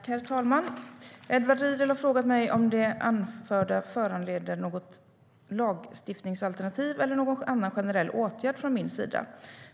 Herr talman! Edward Riedl har frågat mig om det anförda föranleder något lagstiftningsinitiativ eller någon annan generell åtgärd från min sida.